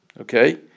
okay